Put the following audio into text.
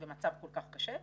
במצב כל כך קשה.